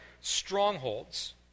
strongholds